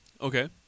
Okay